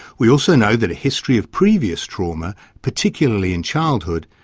we also know that a history of previous trauma, particularly in childhood,